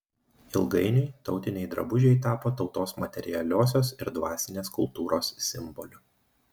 ilgainiui tautiniai drabužiai tapo tautos materialiosios ir dvasinės kultūros simboliu